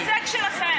זה הישג שלכם.